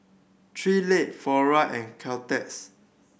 Three Legs Flora and Caltex